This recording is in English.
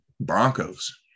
Broncos